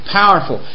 powerful